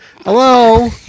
Hello